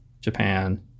Japan